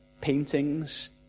paintings